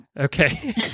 Okay